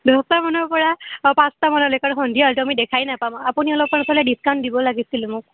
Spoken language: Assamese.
দহটামানৰপৰা পাঁচটামানলৈকে কাৰণ সন্ধিয়া হ'লেতো আমি দেখাই নাপাম আপুনি অলপমান ডিচকাউণ্ট দিব লাগিছিল মোক